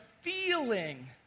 feeling